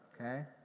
Okay